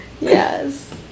Yes